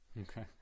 Okay